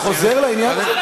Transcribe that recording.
אתה חוזר לעניין הזה?